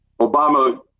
Obama